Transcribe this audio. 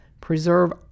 preserve